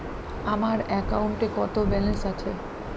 আমার অ্যাকাউন্টে কত ব্যালেন্স আছে?